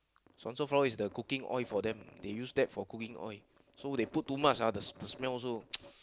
Suanso flower is the cooking oil for them they use that for cooking oil so they put too much ah the the smell also